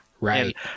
right